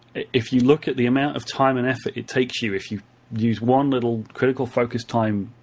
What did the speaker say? if you look at the amount of time and effort it takes you if you use one little critical focus time